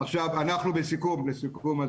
לסיכום,